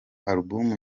album